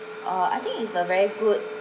uh I think it's a very good